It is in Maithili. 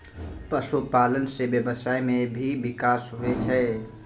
पशुपालन से व्यबसाय मे भी बिकास हुवै छै